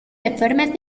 reformas